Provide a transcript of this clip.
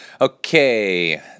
Okay